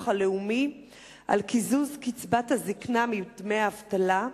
הלאומי בדבר קיזוז קצבת הזיקנה מדמי האבטלה: